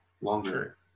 longer